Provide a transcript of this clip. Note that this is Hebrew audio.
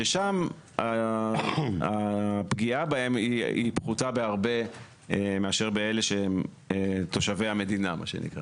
שם הפגיעה בהם היא פחותה בהרבה מאשר באלה שהם מה שנקרא